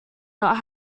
not